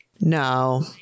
No